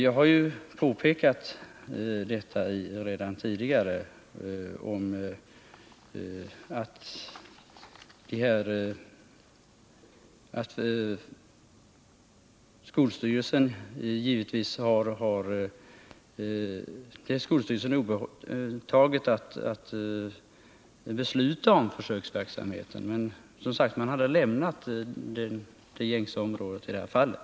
Jag har ju redan tidigare framhållit att det givetvis är skolstyrelsen obetaget att det beslutas om försöksverksamhet. Man hade, som sagt, i det här fallet lämnat det vanliga området.